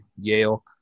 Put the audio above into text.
Yale